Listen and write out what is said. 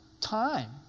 time